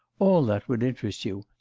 all that would interest you.